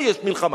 פה יש מלחמה.